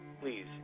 please